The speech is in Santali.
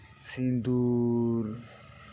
ᱥᱤᱸᱫᱩᱨ